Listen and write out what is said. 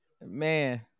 Man